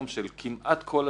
לא שמעתי קולות שונים.